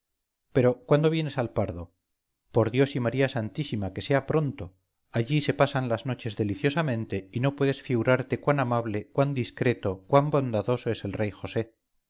pero cuándo vienes al pardo por dios y maría santísima que sea pronto allí se pasan las noches deliciosamente y no puedes figurarte cuán amable cuán discreto cuán bondadoso es el rey josé